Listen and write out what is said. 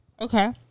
Okay